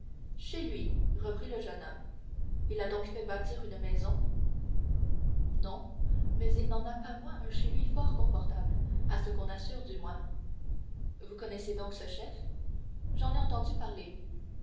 chez lui reprit le jeune homme il a donc fait bâtir une maison non mais il n'en a pas moins un chez lui fort confortable à ce qu'on assure du moins vous connaissez donc ce chef j'en ai entendu parler